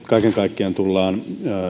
kaiken kaikkiaan tullaan